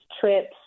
trips